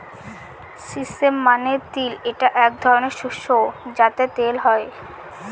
sesame মানে তিল এটা এক ধরনের শস্য যাতে তেল হয়